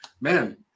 man